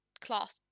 class